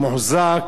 או מוחזק,